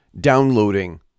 downloading